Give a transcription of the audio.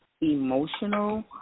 emotional